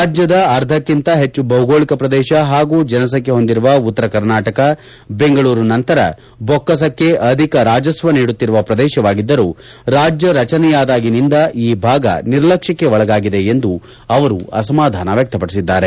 ರಾಜ್ಯದ ಅರ್ಧಕ್ಕಿಂತ ಹೆಚ್ಚು ಭೌಗೋಳಿಕ ಪ್ರದೇಶ ಹಾಗೂ ಜನಸಂಖ್ಯೆ ಹೊಂದಿರುವ ಉತ್ತರ ಕರ್ನಾಟಕ ಬೆಂಗಳೂರು ನಂತರ ಬೊಕ್ಕಸಕ್ಕೆ ಅಧಿಕ ರಾಜಸ್ವ ನೀಡುತ್ತಿರುವ ಪ್ರದೇಶವಾಗಿದ್ದರೂ ರಾಜ್ಯ ರಚನೆಯಾದಾಗಿನಿಂದ ಈ ಭಾಗ ನಿರ್ಲಕ್ಷ್ಮಕ್ಕೆ ಒಳಗಾಗಿದೆ ಎಂದು ಅವರು ಅಸಮಾಧಾನ ವ್ಯಕ್ತಪಡಿಸಿದ್ದಾರೆ